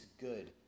good